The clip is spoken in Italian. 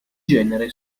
genere